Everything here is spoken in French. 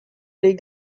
les